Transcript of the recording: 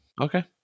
okay